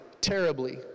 terribly